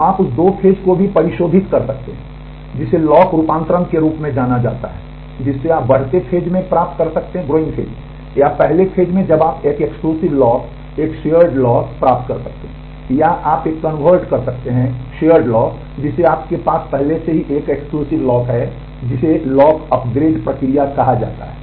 तो आप उस दो फेज को भी परिशोधित कर सकते हैं जिसे लॉक रूपांतरण के रूप में जाना जाता है जिसे आप बढ़ते फेज में प्राप्त कर सकते हैं या पहले फेज में आप एक एक्सक्लूसिव लॉक प्राप्त कर सकते हैं या आप एक कन्वर्ट कर सकते हैं साझा लॉक जिसे आपके पास पहले से ही एक एक्सक्लूसिव लॉक है जिसे लॉक अपग्रेड प्रक्रिया कहा जाता है